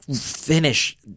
finish